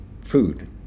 food